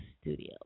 Studio